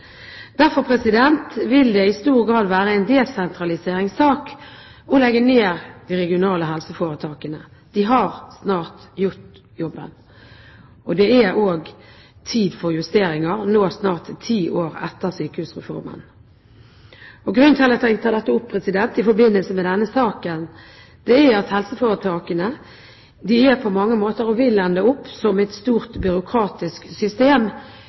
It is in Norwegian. Derfor vil det i stor grad være en desentraliseringssak å legge ned de regionale helseforetakene. De har snart gjort jobben. Det er også tid for justeringer nå – snart ti år etter sykehusreformen. Grunnen til at jeg tar dette opp i forbindelse med denne saken, er at helseforetakene på mange måter er, og vil ende opp som, et stort byråkratisk system